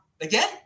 again